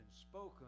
spoken